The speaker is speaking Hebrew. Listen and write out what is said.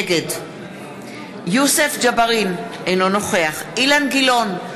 נגד יוסף ג'בארין, אינו נוכח אילן גילאון,